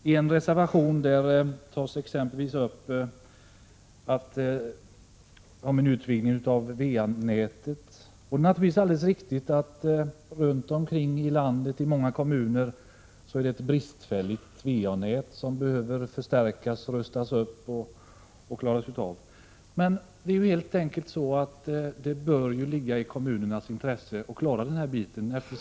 I en reservation tar man exempelvis upp frågan om en utvidgning av VA-nätet. Det är naturligtvis alldeles riktigt att många kommuner runt om i landet har ett bristfälligt VA-nät som behöver förstärkas och rustas upp. Men det bör ju ligga i kommunernas intresse att göra det.